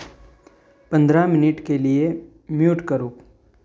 पंद्रह मिनट के लिए म्यूट करो